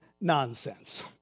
nonsense